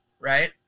right